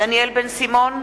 דניאל בן-סימון,